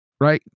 right